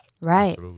Right